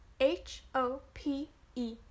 H-O-P-E